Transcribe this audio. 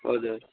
हजुर